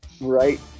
Right